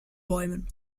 bäumen